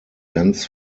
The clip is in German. ganz